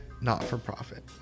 not-for-profit